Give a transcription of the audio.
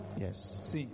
Yes